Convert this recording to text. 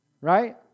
right